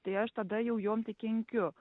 tai aš tada jau jom tik kenkiu